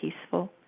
peaceful